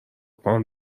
پام